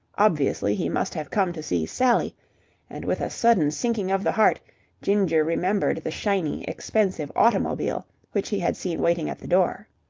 obviously, he must have come to see sally and with a sudden sinking of the heart ginger remembered the shiny, expensive automobile which he had seen waiting at the door.